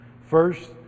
first